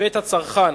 בבית הצרכן,